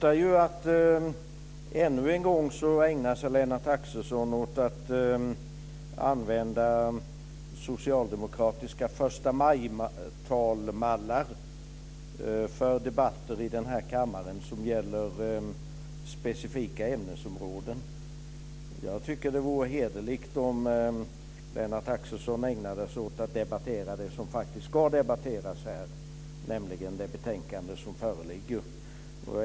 Fru talman! Ännu en gång ägnar sig Lennart Axelsson åt att använda socialdemokratiska förstamajtalsmallar för debatter i den här kammaren som gäller specifika ämnesområden. Jag tycker att det vore hederligt om Lennart Axelsson ägnade sig åt att debattera det som faktiskt ska debatteras här, nämligen det betänkande som föreligger.